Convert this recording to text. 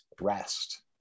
rest